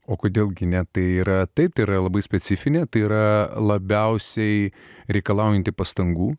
o kodėl gi ne tai yra taip tai yra labai specifinė tai yra labiausiai reikalaujanti pastangų